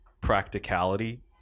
practicality